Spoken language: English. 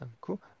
cool